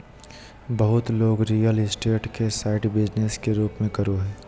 बहुत लोग real estate के साइड बिजनेस के रूप में करो हइ